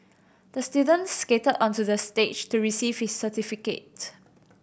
the student skated onto the stage to receive his certificate